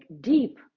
deep